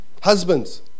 Husbands